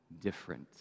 different